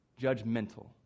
Judgmental